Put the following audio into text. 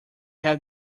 held